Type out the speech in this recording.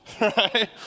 Right